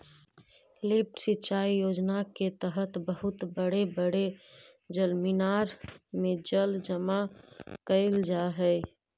lift सिंचाई योजना के तहत बहुत बड़े बड़े जलमीनार में जल जमा कैल जा हई